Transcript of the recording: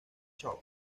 show